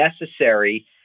necessary